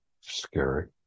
Scary